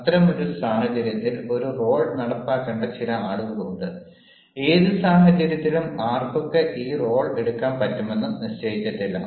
അത്തരമൊരു സാഹചര്യത്തിൽ ഒരു റോൾ നടപ്പാക്കേണ്ട ചില ആളുകളുണ്ട് ഏത് സാഹചര്യത്തിലും ആർക്കൊക്കെ ഈ റോൾ എടുക്കാൻ പറ്റുമെന്ന് നിശ്ചയിച്ചിട്ടില്ല